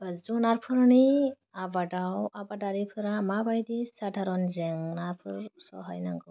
ओह जुनारनि आबादाव आबादारिफोरा माबायदि साधारन जेंनाफोर सहायनांगौ